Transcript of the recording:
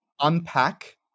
unpack